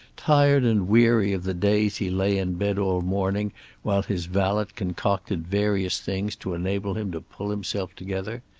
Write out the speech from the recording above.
tired and weary of the days he lay in bed all morning while his valet concocted various things to enable him to pull himself together.